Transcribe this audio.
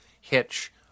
hitch